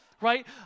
right